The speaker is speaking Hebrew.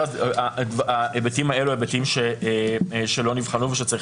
כל ההיבטים האלו הם היבטים שלא נבחנו ושצריך